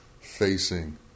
facing